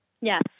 Yes